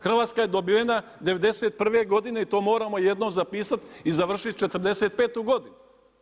Hrvatska je dobivena '91. godine i to moramo jednom zapisati i završiti '45. godinu.